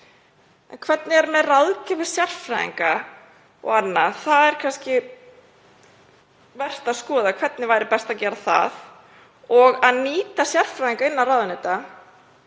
En hvernig er með ráðgjöf sérfræðinga og annað? Það er kannski vert að skoða hvernig væri best að gera það og að nýta sérfræðinga innan ráðuneyta.